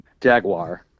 jaguar